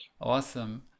Awesome